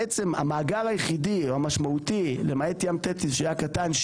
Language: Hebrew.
בעצם המאגר היחידי המשמעותי למעט ים תטיס שהיה קטן,